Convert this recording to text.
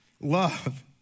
Love